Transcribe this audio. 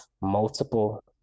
multiple